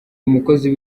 umukozi